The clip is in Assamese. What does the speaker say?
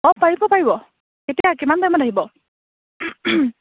অঁ পাৰিব পাৰিব কেতিয়া কিমান টাইমত আহিব